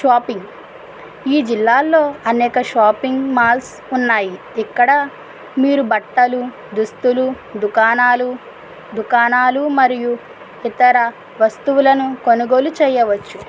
shopping ఈ జిల్లాల్లో అనేక షాపింగ్ మాల్స్ ఉన్నాయి ఇక్కడ మీరు బట్టలు దుస్తులు దుకాణాలు దుకాణాలు మరియు ఇతర వస్తువులను కొనుగోలు చేయవచ్చు